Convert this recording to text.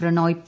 Prannoy P